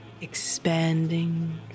expanding